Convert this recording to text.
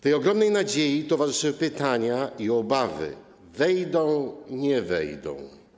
Tej ogromnej nadziei towarzyszyły pytania i obawy: wejdą, nie wejdą?